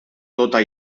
tota